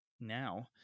now